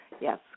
yes